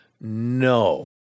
No